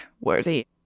worthy